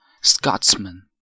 Scotsman